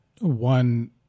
one